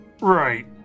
Right